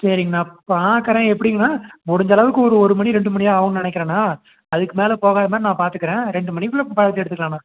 சரிங்கண்ணா பார்க்கறேன் எப்படிங்கண்ணா முடிஞ்ச அளவுக்கு ஒரு ஒரு மணி ரெண்டு மணி ஆகும் நினைக்கிறேண்ணா அதுக்கு மேலே போகாமல் நான் பார்த்துக்கறேன் ரெண்டு மணிக்குள்ளே பார்த்துட்டு எடுத்துக்கலாங்ண்ணா